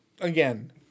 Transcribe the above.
again